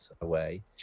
away